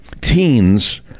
Teens